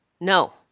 No